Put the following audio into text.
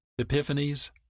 Epiphanies